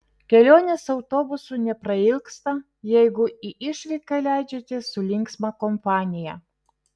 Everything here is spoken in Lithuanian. kelionės autobusu neprailgsta jeigu į išvyką leidžiatės su linksma kompanija